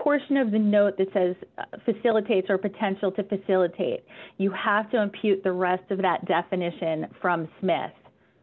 portion of the note that says facilitates or potential to facilitate you have to impute the rest of that definition from smith